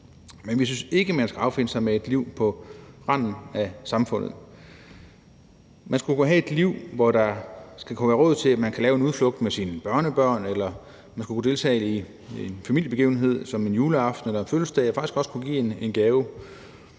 Men vi synes ikke, man skal affinde sig med et liv på randen af samfundet. Man skal kunne have et liv, hvor der er råd til, at man kan lave en udflugt med sine børnebørn, eller hvor man kan deltage i en familiebegivenhed som en juleaften eller en fødselsdag og faktisk også kan give en gave.